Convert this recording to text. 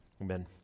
amen